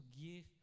give